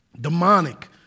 demonic